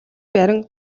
барин